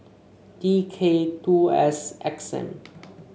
D K two S X M